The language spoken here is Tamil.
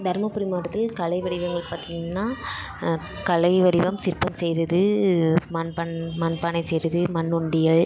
தர்மபுரி மாவட்டத்தில் கலை வடிவங்கள் பார்த்தீங்கன்னா கலை வடிவம் சிற்பம் செய்கிறது மண் பன் மண் பானை செய்கிறது மண் உண்டியல்